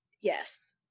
Yes